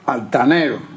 Altanero